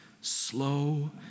slow